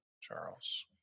Charles